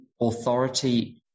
authority